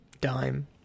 dime